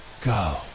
go